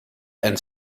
and